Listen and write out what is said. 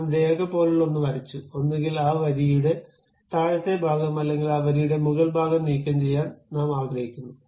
നാം രേഖ പോലുള്ള ഒന്ന് വരച്ചു ഒന്നുകിൽ ആ വരിയുടെ താഴത്തെ ഭാഗം അല്ലെങ്കിൽ ആ വരിയുടെ മുകൾ ഭാഗം നീക്കംചെയ്യാൻ നാം ആഗ്രഹിക്കുന്നു